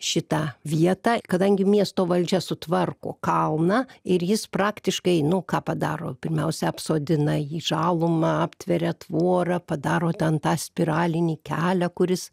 šitą vietą kadangi miesto valdžia sutvarko kalną ir jis praktiškai nu ką padaro pirmiausia apsodina jį žaluma aptveria tvora padaro ten tą spiralinį kelią kuris